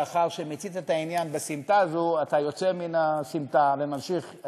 לאחר שמיצית את העניין בסמטה הזאת אתה יוצא מן הסמטה וממשיך.